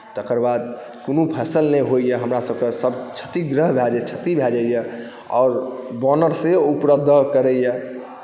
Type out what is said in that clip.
तकर बाद कोनो फसल नहि होइए हमरासबके सब क्षतिग्रह भऽ जाइए क्षति भऽ जाइए वानर से उपद्रव करैए